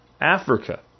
Africa